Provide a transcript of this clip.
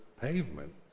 pavement